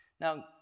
Now